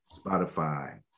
Spotify